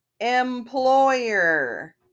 employer